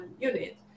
unit